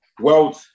world